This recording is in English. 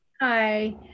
Hi